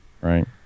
Right